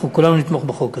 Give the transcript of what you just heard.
אנחנו כולנו נתמוך בחוק הזה.